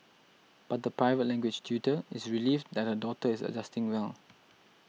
but the private language tutor is relieved that her daughter is adjusting well